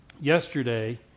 Yesterday